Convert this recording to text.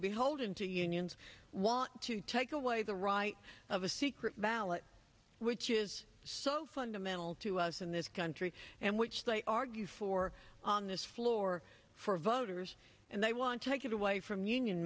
beholden to unions want to take away the right of a secret ballot which is so fundamental to us in this country and which they argue for on this floor for voters and they want to take it away from union